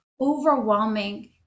overwhelming